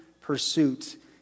pursuit